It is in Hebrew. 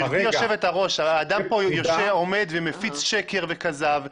גברתי יושבת הראש, האדם כאן עומד ומפיץ שקר וכזב.